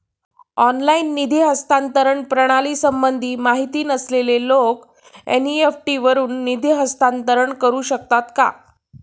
Online निधी हस्तांतरण प्रणालीसंबंधी माहिती नसलेले लोक एन.इ.एफ.टी वरून निधी हस्तांतरण करू शकतात का?